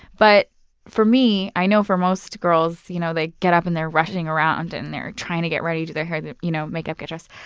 but for me, i know for most girls, you know they get up, and they're rushing around, and they're trying to get ready, do their hair, you know makeup, get dressed.